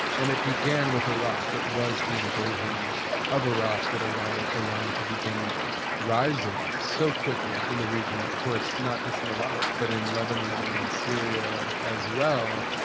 and it began with iraq. it was the invasion of iraq that allowed iran to begin rising so quickly in the region. of course, not just in iraq, but in lebanon and in syria as well.